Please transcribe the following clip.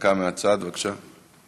דקה מהצד, בבקשה.